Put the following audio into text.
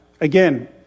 Again